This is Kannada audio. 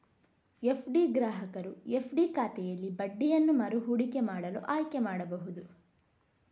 ಎಫ್.ಡಿ ಗ್ರಾಹಕರು ಎಫ್.ಡಿ ಖಾತೆಯಲ್ಲಿ ಬಡ್ಡಿಯನ್ನು ಮರು ಹೂಡಿಕೆ ಮಾಡಲು ಆಯ್ಕೆ ಮಾಡಬಹುದು